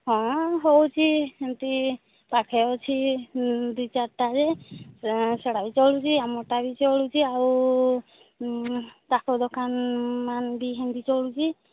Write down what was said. ହଁ ହଉଛି ସେମିତି ପାଖେ ଅଛି ଦୁଇ ଚାରିଟା ଯେ ସେଟା ବି ଚଳୁଛି ଆମଟା ବି ଚଳୁଛି ଆଉ ପାଖ ଦୋକାନ ମାନ ବି ସେମିତି ଚଳୁଛି